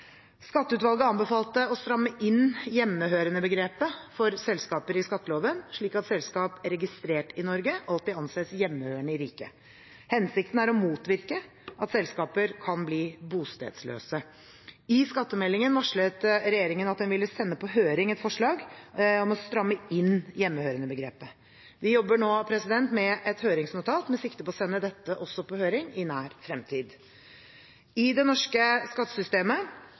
Skatteutvalget anbefalte å stramme inn hjemmehørende-begrepet for selskaper i skatteloven, slik at selskap registrert i Norge alltid anses hjemmehørende i riket. Hensikten er å motvirke at selskaper kan bli bostedsløse. I skattemeldingen varslet regjeringen at en ville sende på høring et forslag om å stramme inn hjemmehørende-begrepet. Vi jobber nå med et høringsnotat med sikte på å sende også dette på høring i nær fremtid. I det norske skattesystemet